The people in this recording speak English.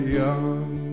young